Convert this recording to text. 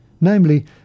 namely